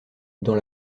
dans